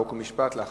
חוק ומשפט נתקבלה.